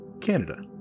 Canada